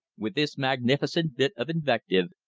with this magnificent bit of invective,